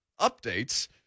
updates